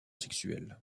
sexuel